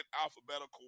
alphabetical